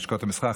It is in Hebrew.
לשכת המסחר,